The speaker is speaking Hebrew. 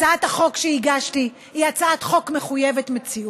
הצעת החוק שהגשתי היא הצעת חוק מחויבת מציאות.